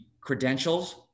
credentials